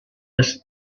des